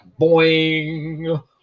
boing